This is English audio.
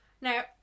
Now